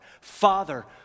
Father